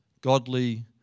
godly